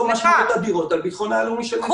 משמעויות אדירות על ביטחונה הלאומי של מדינת ישראל.